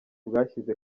bwashyize